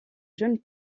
jeune